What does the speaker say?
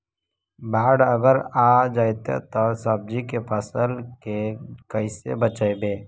बाढ़ अगर आ जैतै त सब्जी के फ़सल के कैसे बचइबै?